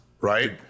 Right